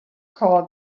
called